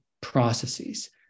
processes